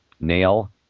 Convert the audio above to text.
nail